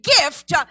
gift